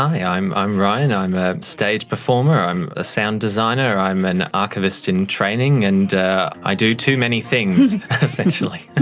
hi, i'm i'm ryan, i'm a stage performer, i'm a sound designer, i'm an archivist in training, and i do too many things essentially. and